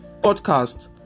podcast